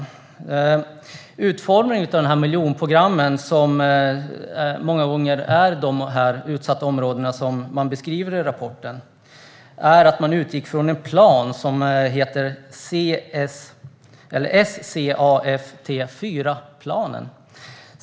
Vid utformningen av miljonprogrammen, som många gånger hör till de utsatta områden som man beskriver i rapporten, utgick man från en plan som heter SCAFT 4-planen.